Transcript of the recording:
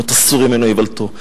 לא תסור ממנו איוולתו.